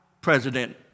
President